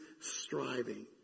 striving